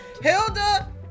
hilda